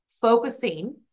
focusing